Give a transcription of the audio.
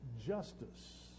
justice